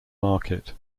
market